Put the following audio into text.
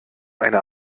eine